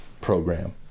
program